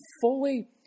fully